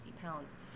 pounds